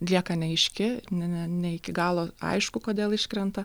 lieka neaiški ne ne iki galo aišku kodėl iškrenta